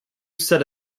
set